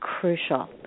crucial